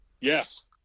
Yes